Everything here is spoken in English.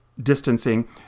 distancing